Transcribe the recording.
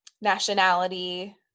nationality